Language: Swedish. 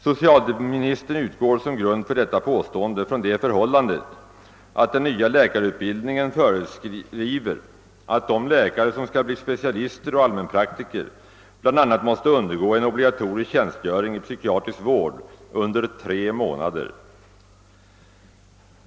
Som grund för detta påstående tar socialministern det förhållandet att den nya läkarutbildningen föreskriver att de läkare som skall bli specialister och allmänpraktiker bl.a. måste undergå en obligatorisk tjänstgöring i psykiatrisk vård under tre månader.